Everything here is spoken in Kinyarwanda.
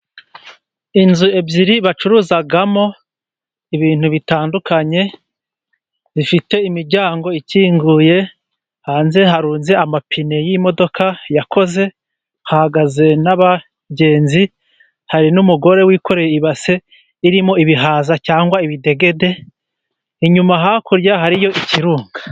Inzu ebyiri bacuruzamo ibintu bitandukanye zifite imiryango ikinguye hanze harunze amapine y'imodoka yakoze, hahagaze n'abagenzi hari n'umugore wikoreye ibase irimo ibihaza cyangwa ibidegede inyuma hakurya hariyo ikirunga.